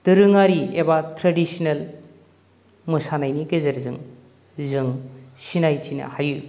दोरोङारि एबा ट्रेडिसनेल मोसानायनि गेजेरजों जों सिनायथिनो हायो